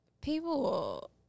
people